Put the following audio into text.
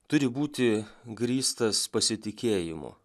turi būti grįstas pasitikėjimu